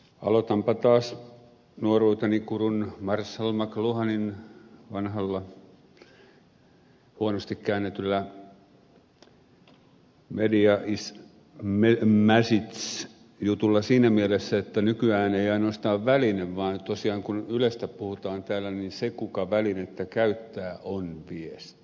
aloitanpa taas nuoruuteni gurun marshall mcluhanin vanhalla huonosti käännetyllä the medium is the message jutulla siinä mielessä että nykyään ei ainoastaan väline vaan tosiaan kun ylestä puhutaan täällä niin se joka välinettä käyttää on viesti